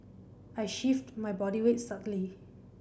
I shift my body weight subtly